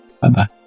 Bye-bye